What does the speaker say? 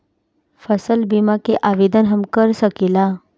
फसल बीमा के आवेदन हम कर सकिला?